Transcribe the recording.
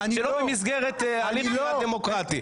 שלא במסגרת הליך דמוקרטי,